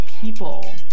people